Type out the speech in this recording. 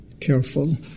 Careful